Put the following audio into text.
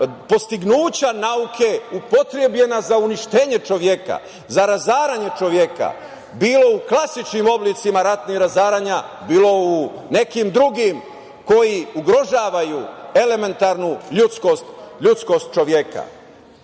dostignuća nauke upotrebljena za uništenje čoveka, za razaranje čoveka, bilo u klasičnim oblicima ratnih razaranja, bilo u nekim drugim, koji ugrožavaju elementarnu ljudskog čoveka. To